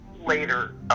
Later